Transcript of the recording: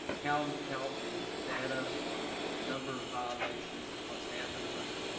how um how the the data on the number of violations and what's happened with it,